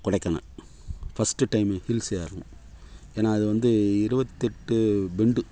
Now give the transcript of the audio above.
Kodaikanal first time hills ஏறணும் ஏன்னால் அது வந்து இருபத்தெட்டு பெண்டு